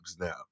now